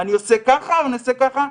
אני עושה ככה או אני עושה ככה?